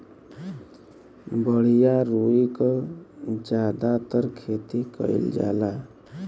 बढ़िया रुई क जादातर खेती कईल जाला